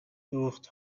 دوخت